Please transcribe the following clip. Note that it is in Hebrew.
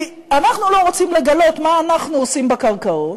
כי אנחנו לא רוצים לגלות מה אנחנו עושים בקרקעות